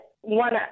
one